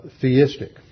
theistic